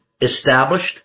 established